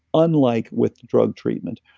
unlike with drug treatment.